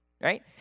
Right